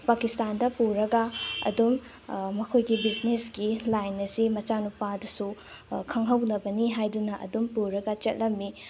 ꯄꯥꯀꯤꯁꯇꯥꯟꯗ ꯄꯨꯔꯒ ꯑꯗꯨꯝ ꯃꯈꯣꯏꯒꯤ ꯕꯤꯖꯤꯅꯦꯁꯀꯤ ꯂꯥꯏꯟ ꯑꯁꯤ ꯃꯆꯥꯅꯨꯄꯥꯗꯁꯨ ꯈꯪꯍꯧꯅꯕꯅꯤ ꯍꯥꯏꯗꯨꯅ ꯑꯗꯨꯝ ꯄꯨꯔꯒ ꯆꯠꯂꯝꯃꯤ